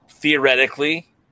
theoretically